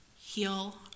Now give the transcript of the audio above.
Heal